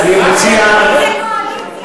על נשים מוכות אין קונסנזוס?